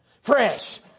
Fresh